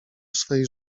swej